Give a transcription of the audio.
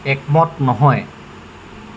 একমত নহয়